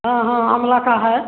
हाँ हाँ आमला का है